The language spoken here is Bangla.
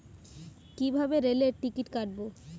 কিভাবে রেলের টিকিট কাটব?